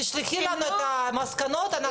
תשלחי לנו את המסקנות שלכם.